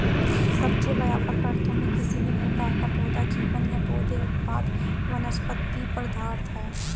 सब्जी, व्यापक अर्थों में, किसी भी प्रकार का पौधा जीवन या पौधे उत्पाद वनस्पति पदार्थ है